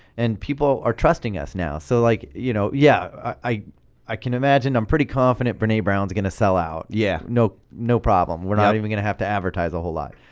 and people are trusting us now. so like you know yeah. i i can imagine i'm pretty confident brene brown's gonna sell out. yeah no no problem. we're not even gonna have to advertise a whole lot.